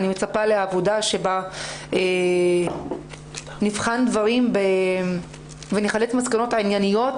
אני מצפה לעבודה שבה נבחן דברים ונחלץ מסקנות ענייניות,